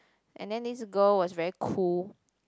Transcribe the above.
and then this girl was very cool